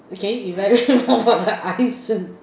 okay elaborate more about the eyes